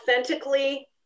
authentically